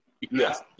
Yes